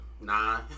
nah